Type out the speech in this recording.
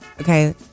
okay